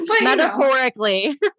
Metaphorically